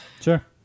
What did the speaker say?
sure